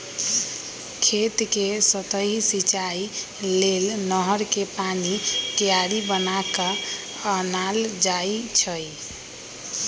खेत कें सतहि सिचाइ लेल नहर कें पानी क्यारि बना क आनल जाइ छइ